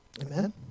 Amen